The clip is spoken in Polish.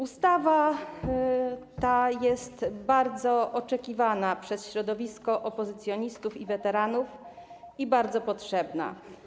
Ustawa ta jest bardzo oczekiwana przez środowisko opozycjonistów i weteranów i bardzo potrzebna.